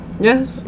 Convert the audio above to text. Yes